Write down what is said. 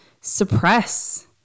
suppress